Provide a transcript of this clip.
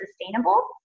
sustainable